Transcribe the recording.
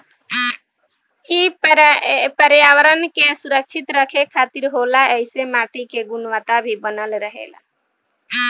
इ पर्यावरण के सुरक्षित रखे खातिर होला ऐइसे माटी के गुणवता भी बनल रहेला